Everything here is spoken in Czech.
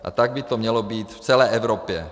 A tak by to mělo být v celé Evropě.